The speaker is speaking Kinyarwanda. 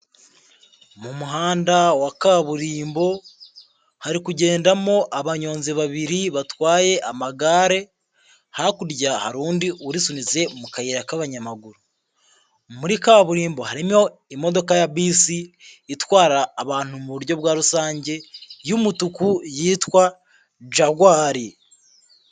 Mu muhanda wa kaburimbo hari kugendamo abanyonzi babiri batwaye amagare, hakurya hari undi urisunitse mu kayira k'abanyamaguru. Muri kaburimbo harimo imodoka ya bisi itwara abantu mu buryo bwa rusange y'umutuku yitwa Jaguari.